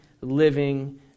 living